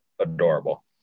adorable